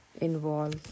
involve